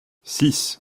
six